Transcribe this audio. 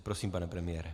Prosím, pane premiére.